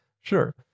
sure